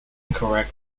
correct